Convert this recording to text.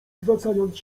zwracając